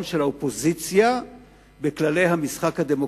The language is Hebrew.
של האופוזיציה בכללי המשחק הדמוקרטיים.